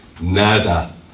Nada